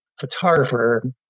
photographer